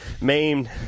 maimed